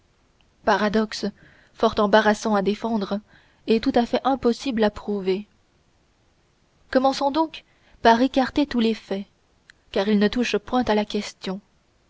paradoxe fort embarrassant à défendre et tout à fait impossible à prouver commençons donc par écarter tous les faits car ils ne touchent point à la question